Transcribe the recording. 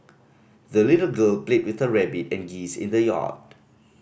the little girl played with her rabbit and geese in the yard